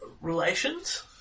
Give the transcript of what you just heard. relations